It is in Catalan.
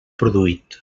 produït